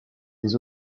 des